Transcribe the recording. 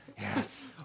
yes